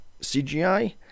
CGI